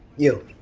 you.